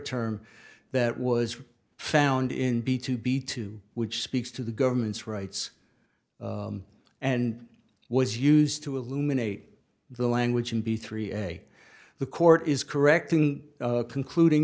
term that was found in b two b two which speaks to the government's rights and was used to eliminate the language in b three a the court is correcting concluding